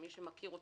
ומי שמכיר אותם,